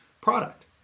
product